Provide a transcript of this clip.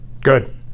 Good